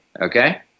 okay